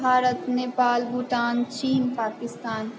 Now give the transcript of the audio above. भारत नेपाल भूटान चीन पाकिस्तान